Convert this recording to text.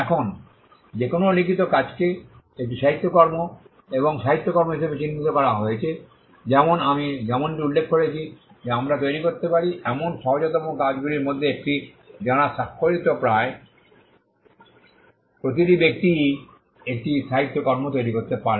এখন যে কোনও লিখিত কাজকে একটি সাহিত্যকর্ম এবং সাহিত্যকর্ম হিসাবে চিহ্নিত করা হয়েছে যেমন আমি যেমনটি উল্লেখ করেছি যে আমরা তৈরি করতে পারি এমন সহজতম কাজগুলির মধ্যে একটি যাঁরা স্বাক্ষরিত প্রায় প্রতিটি ব্যক্তিই একটি সাহিত্যকর্ম তৈরি করতে পারেন